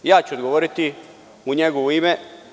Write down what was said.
Ja ću odgovoriti u njegovo ime.